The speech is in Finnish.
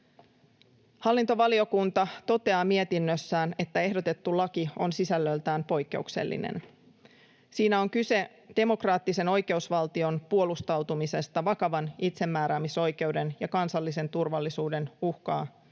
Hallintovaliokunta toteaa mietinnössään, että ehdotettu laki on sisällöltään poikkeuksellinen. Siinä on kyse demokraattisen oikeusvaltion puolustautumisesta vakavan itsemääräämisoikeuden ja kansallisen turvallisuuden uhkan